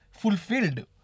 fulfilled